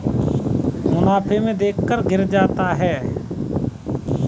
बैंकरो का bonus bank के मुनाफे को देखकर दिया जाता है